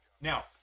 Now